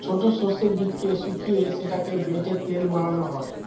ছোট সর্ষের বীজকে শুকিয়ে সেটাকে বেটে তেল বানানো হয়